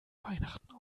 weihnachten